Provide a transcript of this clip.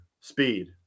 speed